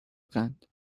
قند